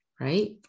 right